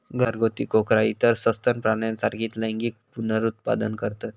घरगुती कोकरा इतर सस्तन प्राण्यांसारखीच लैंगिक पुनरुत्पादन करतत